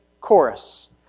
chorus